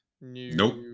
Nope